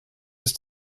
ist